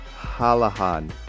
Halahan